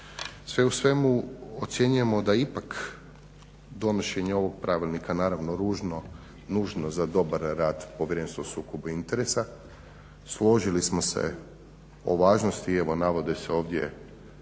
Sve u svemu ocjenjujemo da je ipak donošenje ovog pravilnika naravno nužno za dobar rad Povjerenstva o sukobu interesa. Složili smo se o važnosti i evo navode se ovdje